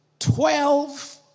Twelve